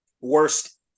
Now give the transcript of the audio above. worst